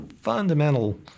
fundamental